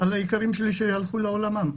על היקרים שלי שהלכו לעולמם?